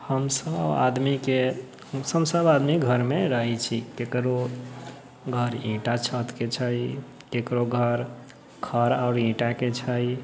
हम सब आदमीके हमसब आदमी घरमे रहै छी की केकरो घर ईटा छतके छै ककरो घर खर आओर ईटाके छै